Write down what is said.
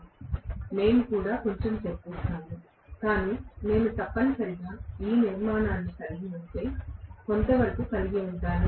మేము కూడా కొంచెం చర్చిస్తాము కాని నేను తప్పనిసరిగా ఈ నిర్మాణాన్ని కలిగి ఉంటే కొంతవరకు కలిగి ఉంటాను